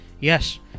Yes